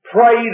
Pray